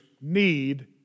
need